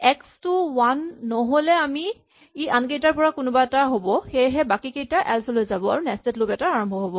x টো one নহ'লে ই আনকেইটাৰ মাজৰ পৰা এটা হ'ব সেয়েহে বাকীকেইটা এল্চ লৈ যাব আৰু নেস্টেড লুপ এটা আৰম্ভ হ'ব